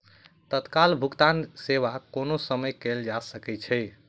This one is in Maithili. तत्काल भुगतान सेवा कोनो समय कयल जा सकै छै